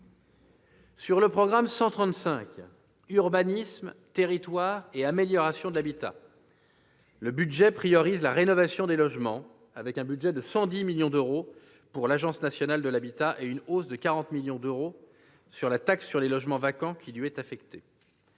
Sur le programme 135, « Urbanisme, territoires et amélioration de l'habitat », le budget priorise la rénovation des logements, avec un budget de 110 millions d'euros pour l'Agence nationale de l'habitat et une hausse de 40 millions d'euros de la taxe sur les logements vacants qui lui est affectée.